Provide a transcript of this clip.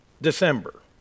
December